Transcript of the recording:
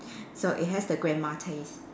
so it has the grandma taste